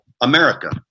America